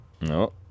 No